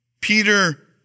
Peter